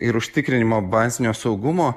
ir užtikrinimo bazinio saugumo